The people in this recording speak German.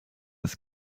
ist